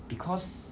because